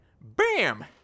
bam